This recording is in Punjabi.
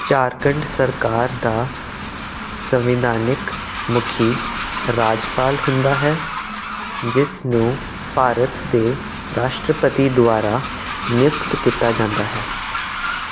ਝਾਰਖੰਡ ਸਰਕਾਰ ਦਾ ਸੰਵਿਧਾਨਕ ਮੁਖੀ ਰਾਜਪਾਲ ਹੁੰਦਾ ਹੈ ਜਿਸ ਨੂੰ ਭਾਰਤ ਦੇ ਰਾਸ਼ਟਰਪਤੀ ਦੁਆਰਾ ਨਿਯੁਕਤ ਕੀਤਾ ਜਾਂਦਾ ਹੈ